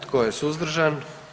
Tko je suzdržan?